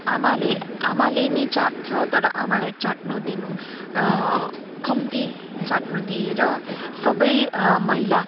आमाले आमाले नि चाट्छ तर आमलाई चाट्नु दिनु कम्ती चाट्नु दिएर सबै मैला